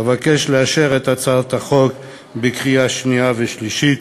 אבקש לאשר את הצעת החוק בקריאה שנייה ובקריאה שלישית,